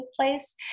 place